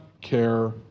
care